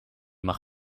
mag